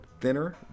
thinner